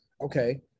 Okay